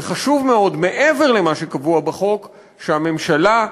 וחשוב מאוד, מעבר למה שקבוע בחוק, שהממשלה,